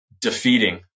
defeating